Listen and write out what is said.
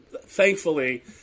thankfully